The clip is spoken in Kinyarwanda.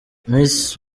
miss